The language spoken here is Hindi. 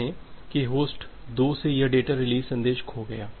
फिर कहें कि होस्ट 2 से यह डेटा रिलीज़ संदेश खो गया